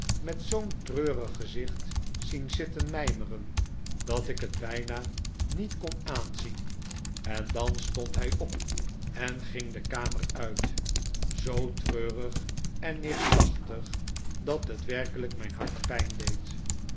met zoo'n treurig gezicht zien zitten rhijmeren dat ik het bijna niet kon aanzien en dan stond hij op en ging de kamer uit zoo treurig en neerslachtig dat het werkelijk mijn hart pijn deed